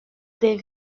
des